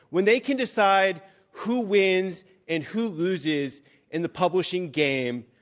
when they can decide who wins and who loses in the publishing game,